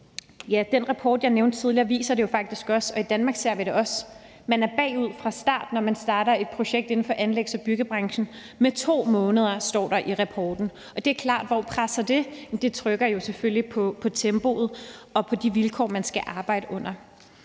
Den rapport, jeg nævnte tidligere, viste det også, og i Danmark ser vi det også. Man er fra starten, når man starter et projekt inden for anlægs- og byggebranchen, bagud med 2 måneder, står der i rapporten. Hvor presser det? Ja, det er klart, at det selvfølgelig trykker på tempoet og på de vilkår, man skal arbejde under.